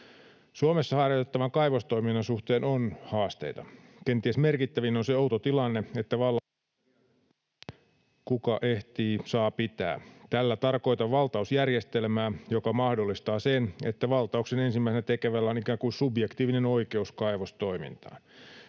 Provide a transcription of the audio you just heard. Suomessa harjoitettavan kaivostoiminnan suhteen on haasteita. Kenties merkittävin on se outo tilanne, että vallalla on periaate ”kuka ehtii, saa pitää”. Tällä tarkoitan valtausjärjestelmää, joka mahdollistaa sen, että valtauksen ensimmäisenä tekevällä on ikään kuin subjektiivinen oikeus kaivostoimintaan.